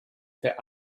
für